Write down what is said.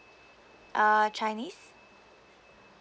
uh chinese